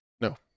No